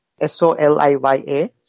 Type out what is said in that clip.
S-O-L-I-Y-A